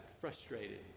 frustrated